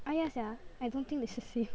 ah ya sia I don't think it's the same